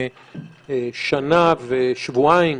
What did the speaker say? שנה ושבועיים,